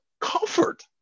comfort